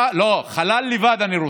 לא, חלל לבד אני רוצה.